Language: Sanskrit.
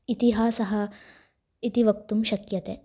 इतिहासः इति वक्तुं शक्यते